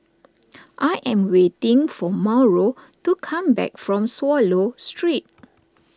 I am waiting for Mauro to come back from Swallow Street